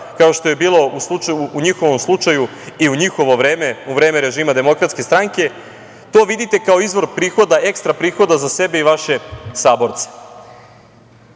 kao što je bilo u njihovom slučaju i u njihovo vreme, u vreme režima Demokratske stranke, to vidite kao izvor ekstra prihoda za sebe i vaše saborce. Čudna